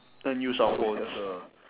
then use our phones